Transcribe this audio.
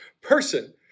person